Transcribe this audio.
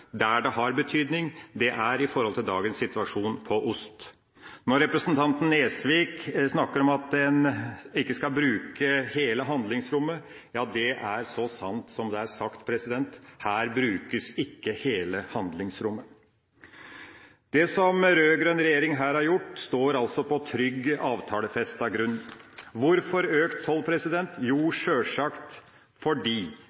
Der det har betydning, er i forhold til dagens situasjon på ost. Når representanten Nesvik snakker om at en ikke skal bruke hele handlingsrommet: Ja, det er så sant som det er sagt. Her brukes ikke hele handlingsrommet. Det som rød-grønn regjering her har gjort, står altså på trygg avtalefestet grunn. Hvorfor økt toll?